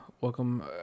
welcome